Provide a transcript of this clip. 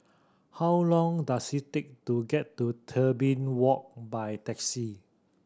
how long does it take to get to Tebing Walk by taxi